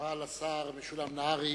תודה לשר משולם נהרי.